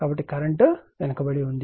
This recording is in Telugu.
కాబట్టి కరెంట్ వెనుకబడి ఉంది